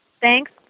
Thanks